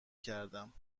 کردم